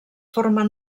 formen